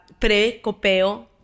pre-copeo